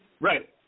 Right